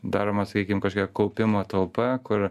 daroma sakykim kažkiek kaupimo talpa kur